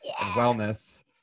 wellness